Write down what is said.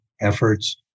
efforts